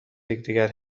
یکدیگر